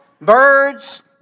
birds